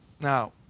Now